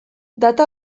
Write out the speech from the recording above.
data